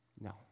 No